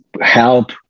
help